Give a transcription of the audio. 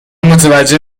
متوجه